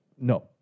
no